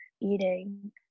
eating